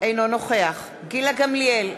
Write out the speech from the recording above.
אינו נוכח גילה גמליאל,